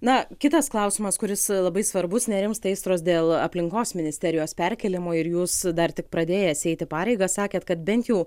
na kitas klausimas kuris labai svarbus nerimsta aistros dėl aplinkos ministerijos perkėlimo ir jūs dar tik pradėjęs eiti pareigas sakėt kad bent jau